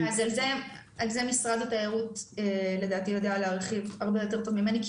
על זה משרד התיירות יודע להרחיב הרבה יותר ממני,